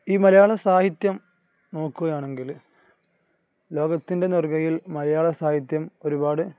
ഈ മലയാള സാഹിത്യം നോക്കുകയാണെങ്കില് ലോകത്തിൻ്റെ നെറുകയിൽ മലയാള സാഹിത്യം ഒരുപാട്